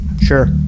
Sure